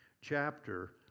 chapter